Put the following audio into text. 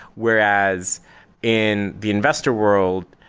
whereas in the investor world,